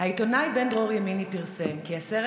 העיתונאי בן-דרור ימיני פרסם כי הסרט